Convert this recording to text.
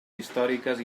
històriques